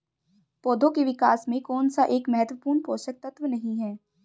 पौधों के विकास में कौन सा एक महत्वपूर्ण पोषक तत्व नहीं है?